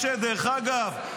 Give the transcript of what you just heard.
דרך אגב,